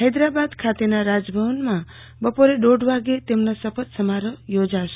હેદરાબાદ ખાતેના રાજભવનમાં બપોરે દોઢ વાગ્યે તેમનો શપથ સમારોહ યોજાશે